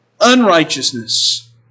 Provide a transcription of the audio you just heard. unrighteousness